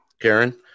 Karen